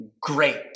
great